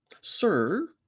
Sir